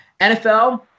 NFL